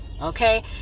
okay